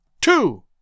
two